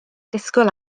disgwyl